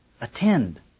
Attend